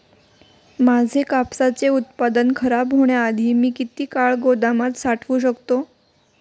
माझे कापसाचे उत्पादन खराब होण्याआधी मी किती काळ गोदामात साठवू शकतो?